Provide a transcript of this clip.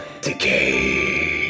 decay